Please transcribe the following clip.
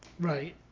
Right